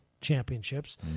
championships